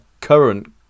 current